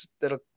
that'll